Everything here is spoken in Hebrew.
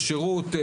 בשירות,